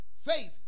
faith